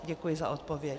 Děkuji za odpověď.